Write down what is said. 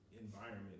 environment